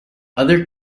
other